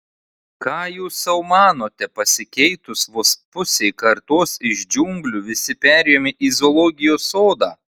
ką jūs sau manote pasikeitus vos pusei kartos iš džiunglių visi perėjome į zoologijos sodą